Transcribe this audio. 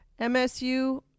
MSU